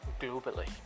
globally